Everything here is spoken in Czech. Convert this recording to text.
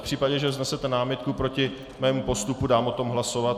V případě, že vznesete námitku proti mému postupu, dám o tom hlasovat.